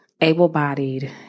able-bodied